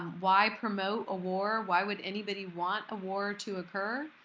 why promote a war? why would anybody want a war to occur?